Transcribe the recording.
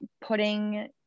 putting